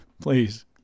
Please